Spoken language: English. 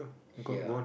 here